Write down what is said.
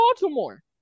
Baltimore